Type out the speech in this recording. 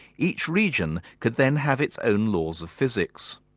each region could then have its own laws of physics.